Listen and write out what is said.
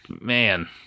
man